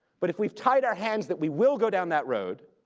but if we've tied our hands that we will go down that road,